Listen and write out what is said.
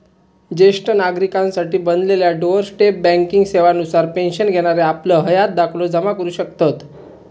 ज्येष्ठ नागरिकांसाठी बनलेल्या डोअर स्टेप बँकिंग सेवा नुसार पेन्शन घेणारे आपलं हयात दाखलो जमा करू शकतत